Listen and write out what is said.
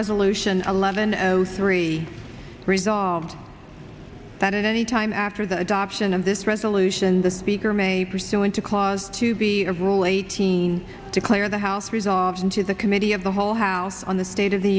resolution eleven zero three resolved that at any time after the adoption of this resolution the speaker may pursuant to clause to be a rule eighteen declare the house resolving to the committee of the whole how on the state of the